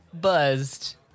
buzzed